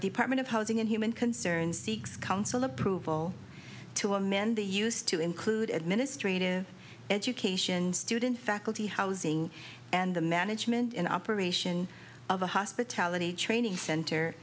department of housing and human concern seeks council approval to amend the use to include administrative education student faculty housing and the management and operation of a hospitality training center